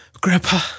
Grandpa